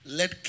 let